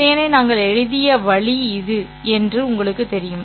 திசையனை நாங்கள் எழுதிய வழி இது என்று உங்களுக்குத் தெரியும்